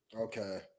Okay